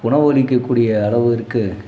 உணவளிக்கக்கூடிய அளவிற்கு